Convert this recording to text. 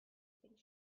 think